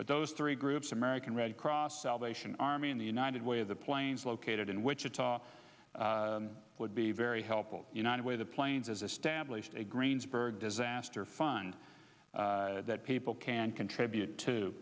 but those three groups american red cross salvation army and the united way of the planes located in wichita would be very helpful way the planes as established a greensburg disaster fund that people can contribute to